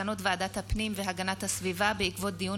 מסקנות ועדת הפנים והגנת הסביבה בעקבות דיון